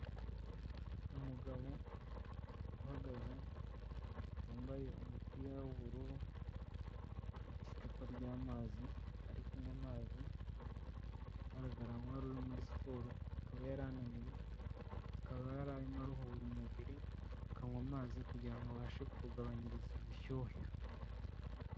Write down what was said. Umugabo uhagaze wambaye umupira w'ubururu ufite icupa ry'amazi arikoywa amazi agaragara nk'uwari uri muri siporo akaba yari ananiwe, akaba yarimo aruhu umubiri akanywa amazi kugira ngo abashe kuwugabanyiriza ubushyuhe.